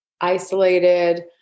isolated